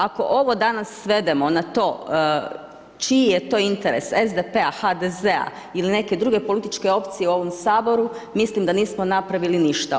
Ako ovo danas svedemo na to čiji je to interes, SDP-a, HDZ-a ili neke druge političke opcije u ovom Saboru mislim da nismo napravili ništa.